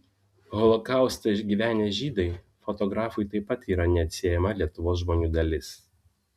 holokaustą išgyvenę žydai fotografui taip pat yra neatsiejama lietuvos žmonių dalis